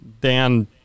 Dan